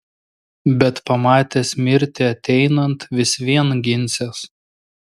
bet pamatęs mirtį ateinant vis vien ginsies